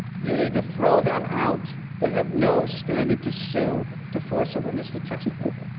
you need to throw them out. they have no standing to sue to force a witness to testify.